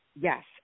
Yes